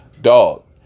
Dog